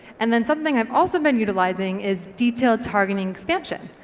and then something i've also been utilising is detailed targeting expansion.